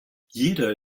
jeder